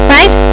Right